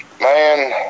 Man